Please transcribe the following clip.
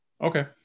Okay